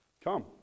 come